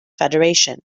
federation